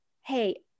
Hey